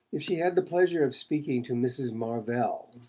if she had the pleasure of speaking to mrs. marvell.